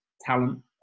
talent